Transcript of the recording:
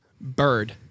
Bird